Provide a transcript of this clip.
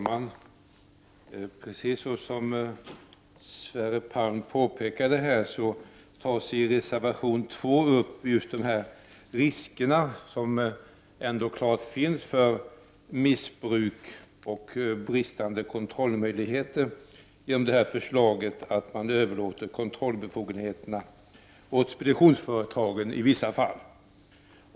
Prot. 1989/90:101 Herr talman! I reservation 2 tas upp de risker för missbruk som helt klart — 5 april 1990 finns, precis som Sverre Palm påpekade, och de bristande kontrollmöjlighe ter som ett genomförande av det här förslaget att i vissa fall överlåta kon NK rihetstrollbefogenheterna till speditionsföretag skulle leda till.